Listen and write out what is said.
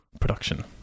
production